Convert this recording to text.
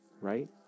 Right